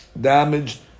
damaged